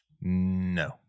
no